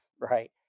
right